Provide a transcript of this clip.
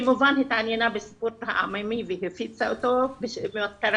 כמובן היא התעניינה בסיפור העממי והפיצה אותו במטרה